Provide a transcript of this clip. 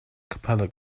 capella